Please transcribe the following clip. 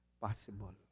Possible